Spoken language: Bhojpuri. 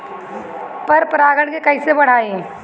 पर परा गण के कईसे बढ़ाई?